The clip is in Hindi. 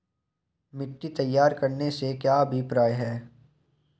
मिट्टी तैयार करने से क्या अभिप्राय है?